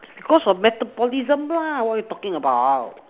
because of metabolism lah what you talking about